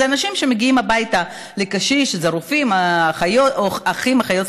זה אנשים שמגיעים הביתה לקשיש, אחים, אחיות,